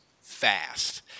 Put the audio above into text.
fast